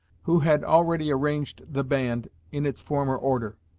who had already arranged the band in its former order,